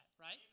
right